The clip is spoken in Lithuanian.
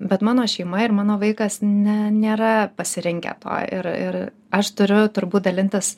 bet mano šeima ir mano vaikas ne nėra pasirinkę to ir ir aš turiu turbūt dalintis